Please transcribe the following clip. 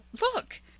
Look